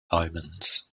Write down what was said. omens